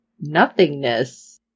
nothingness